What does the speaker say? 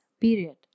period